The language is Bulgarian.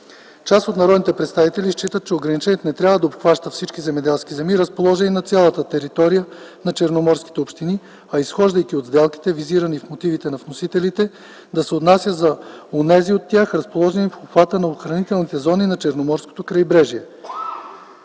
Част от народните представители считат, че ограничението не трябва да обхваща всички земеделски земи, разположени на цялата територия на черноморските общини, а изхождайки от сделките, визирани в мотивите на вносителите, да се отнася за онези от тях, разположени в обхвата на охранителните зони на Черноморското крайбрежие.